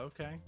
okay